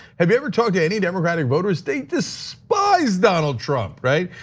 have you ever talked to any democratic voters? they despise donald trump, right?